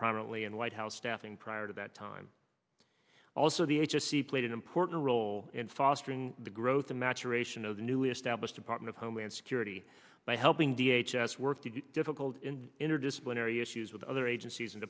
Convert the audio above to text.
prominently in the white house staffing prior to that time also the agency played an important role in fostering the growth of maturation of the newly established department of homeland security by helping d h us work to difficult interdisciplinary issues with other agencies and